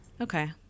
okay